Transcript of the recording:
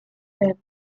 then